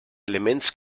elements